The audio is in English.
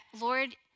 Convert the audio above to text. Lord